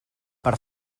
per